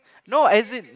no as in